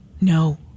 No